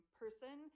person